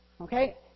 okay